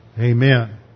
amen